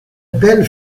del